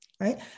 Right